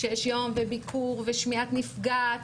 שיש יום וביקור ושמיעת נפגעת,